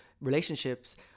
Relationships